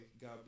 God